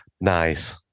nice